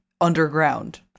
underground